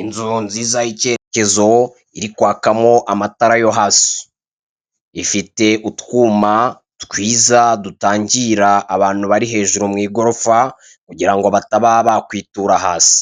inzu nziza y'ikerecyezo iri kwakamo amatara yo hasi, ifite utwuma twiza dutangira abantu bari hejuru mwigorofa kugirango bataba bakwitura hasi,